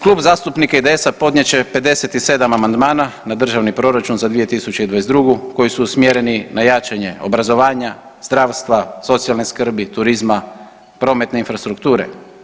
Klub zastupnika IDS podnijet će 57 amandmana na državni proračun za 2022. koji su usmjereni na jačanje obrazovanja, zdravstva, socijalne skrbi, turizma, prometne infrastrukture.